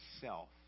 self